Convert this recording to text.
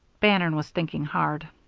bannon was thinking hard.